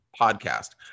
podcast